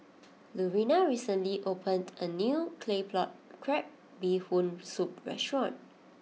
Lurena recently opened a new Claypot Crab Bee Hoon Soup restaurant